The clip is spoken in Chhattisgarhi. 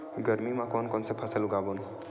गरमी मा कोन कौन से फसल उगाबोन?